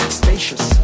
spacious